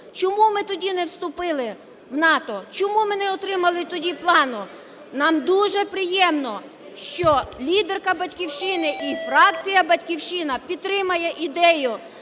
чому ми тоді не вступили в НАТО, чому ми не отримали тоді плану? Нам дуже приємно, що лідерка "Батьківщини" і фракція "Батьківщина" підтримає ідею